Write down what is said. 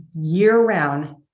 year-round